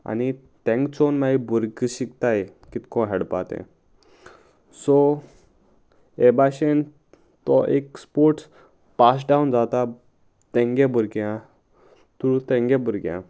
आनी तेंक चोवन मागीर भुरगे शिकताय कितें करून खेळपा तें सो हे भाशेन तो एक स्पोर्ट्स पास डावन जाता तेंगे भुरग्यां थ्रू तेंगे भुरग्यां